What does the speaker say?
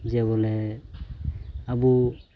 ᱡᱮ ᱵᱚᱞᱮ ᱟᱹᱵᱩ